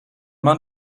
man